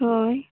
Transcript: ᱦᱳᱭ